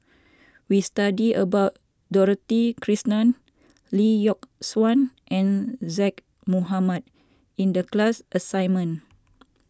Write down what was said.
we studied about Dorothy Krishnan Lee Yock Suan and Zaqy Mohamad in the class assignment